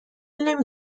نمی